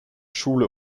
schule